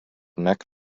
neck